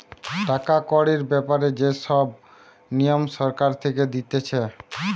টাকা কড়ির ব্যাপারে যে সব নিয়ম সরকার থেকে দিতেছে